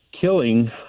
killing